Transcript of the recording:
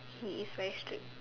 he is very strict